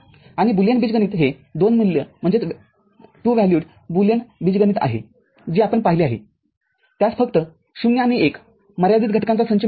आणि बुलियन बीजगणित हे २ मूल्यबुलियन बीजगणित आहे जे आपण पाहिले आहे त्यास फक्त ० आणि १ मर्यादित घटकांचा संच मिळाला आहे